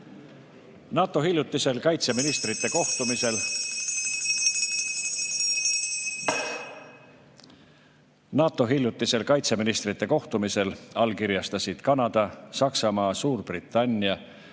NATO hiljutisel kaitseministrite kohtumisel allkirjastasid Kanada, Saksamaa, Suurbritannia